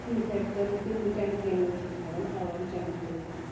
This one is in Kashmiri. سِنکیٚک تمنٕے ٹیٚنکِیَن مَنٛز چھِ أسۍ تھاوان آب جَمَع کٔرِت